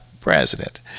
president